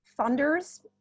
funders